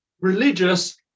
religious